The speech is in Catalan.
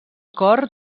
cor